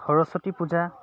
Saraswati Puja